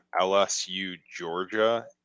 LSU-Georgia